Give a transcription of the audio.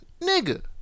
Nigga